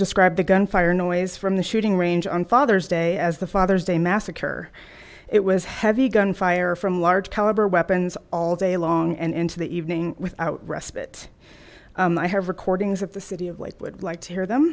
described the gunfire noise from the shooting range on father's day as the father's day massacre it was heavy gunfire from large caliber weapons all day long and into the evening without respite i have recordings of the city of which would like to hear them